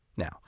Now